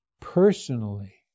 personally